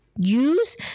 use